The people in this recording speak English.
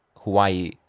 hawaii